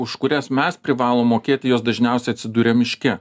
už kurias mes privalom mokėti jos dažniausia atsiduria miške